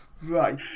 Right